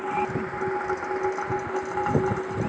चीन आउर मन्गोलिया में कसमीरी क बहुत उत्पादन होला